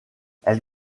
elle